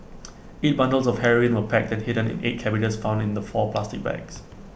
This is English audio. eight bundles of heroin were packed and hidden in eight cabbages found in the four plastic bags